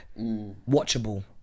watchable